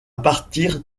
partir